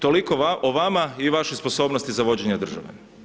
Toliko o vama i vašoj sposobnosti za vođenje države.